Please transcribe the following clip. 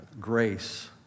grace